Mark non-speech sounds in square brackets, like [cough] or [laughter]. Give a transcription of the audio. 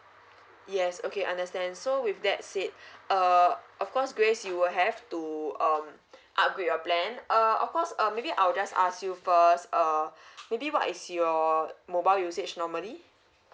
yes okay understand so with that said [breath] uh of course grace you will have to um upgrade your plan err of course um maybe I'll just ask you first uh [breath] maybe what is your mobile usage normally